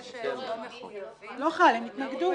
הם התנגדו.